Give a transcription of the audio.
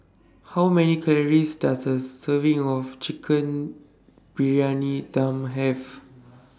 How Many Calories Does A Serving of Chicken Briyani Dum Have